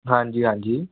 ਹਾਂਜੀ ਹਾਂਜੀ